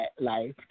life